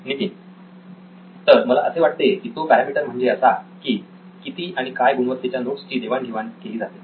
नितीन तर मला असे वाटते की तो पॅरामीटर म्हणजे असा की "किती आणि काय गुणवत्तेच्या नोट्स ची देवाणघेवाण" केली जाते